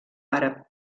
àrab